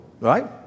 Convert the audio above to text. right